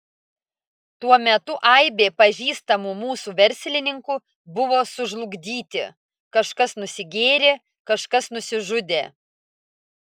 tuo metu aibė pažįstamų mūsų verslininkų buvo sužlugdyti kažkas nusigėrė kažkas nusižudė